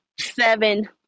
seven